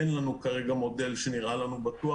אין לנו כרגע מודל שנראה לנו בטוח.